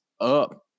up